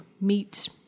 meet